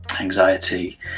anxiety